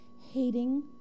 hating